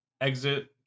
exit